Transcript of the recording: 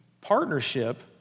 partnership